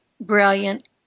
brilliant